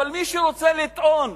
אבל מי שרוצה לטעון